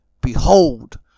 Behold